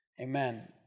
amen